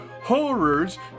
Horrors